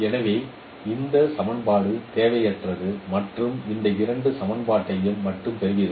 எனவே இந்த சமன்பாடு தேவையற்றது மற்றும் இந்த இரண்டு சமன்பாட்டையும் மட்டுமே பெறுவீர்கள்